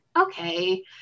okay